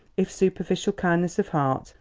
if superficial kindness of heart,